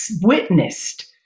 witnessed